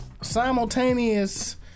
simultaneous